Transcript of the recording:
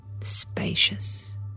spacious